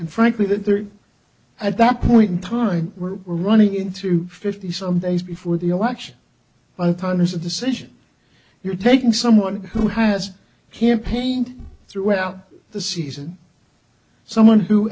and frankly that there at that point in time we're running into fifty some days before the election by the time there's a decision you're taking someone who has campaigned throughout the season someone who